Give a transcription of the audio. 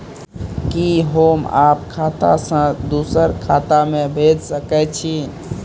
कि होम आप खाता सं दूसर खाता मे भेज सकै छी?